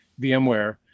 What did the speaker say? VMware